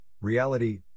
reality